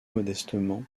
modestement